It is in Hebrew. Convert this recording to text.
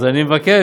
אז אני מבקש: